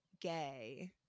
gay